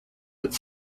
its